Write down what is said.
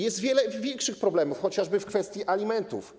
Jest wiele większych problemów, chociażby w kwestii alimentów.